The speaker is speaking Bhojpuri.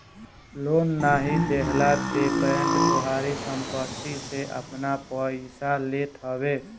लोन नाइ देहला पे बैंक तोहारी सम्पत्ति से आपन पईसा लेत हवे